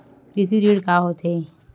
कृषि ऋण का होथे?